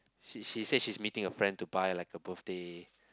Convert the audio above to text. she she said she's meeting her friend to buy like a birthday